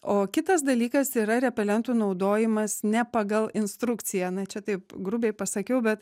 o kitas dalykas yra repelentų naudojimas ne pagal instrukciją na čia taip grubiai pasakiau bet